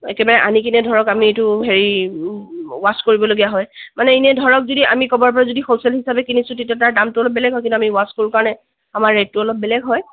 একেবাৰে আনিকিনে ধৰক আমি এইটো হেৰি ৱাশ্ব কৰিব লগীয়া হয় মানে ইনে ধৰক যদি আমি ক'ৰবাৰ পৰা যদি হ'লচেল হিচাপে কিনিছোঁ তেতিয়া তাৰ দামটো অলপ বেলেগ হয় কিন্তু আমি ৱাশ্ব কৰোঁ কাৰণে আমাৰ ৰেটটো অলপ বেলেগ হয়